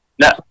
No